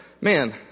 ...man